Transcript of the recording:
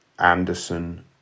Anderson